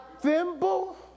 thimble